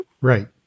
right